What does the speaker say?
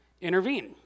intervene